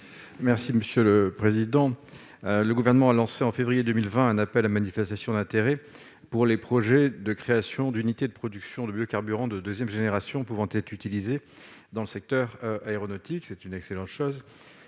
Merci monsieur le président, le gouvernement a lancé en février 2020, un appel à manifestation d'intérêt pour les projets de création d'unités de production de biocarburants de 2ème génération pouvant être utilisés dans le secteur aéronautique, c'est une excellente chose,